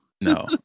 No